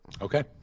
Okay